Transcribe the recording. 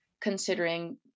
considering